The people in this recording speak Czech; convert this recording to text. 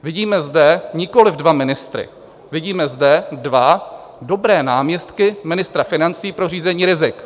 Vidíme nikoliv dva ministry, vidíme zde dva dobré náměstky ministra financí pro řízení rizik.